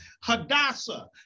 Hadassah